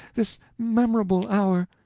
this memorable hour!